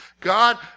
God